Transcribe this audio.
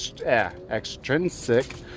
extrinsic